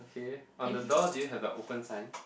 okay on the door do you have the open sign